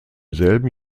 selben